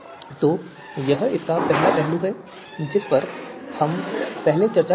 तो यह इसका एक पहलू है जिस पर हम पहले ही चर्चा कर चुके हैं